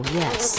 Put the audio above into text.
yes